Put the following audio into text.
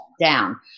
down